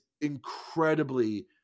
incredibly